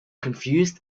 confused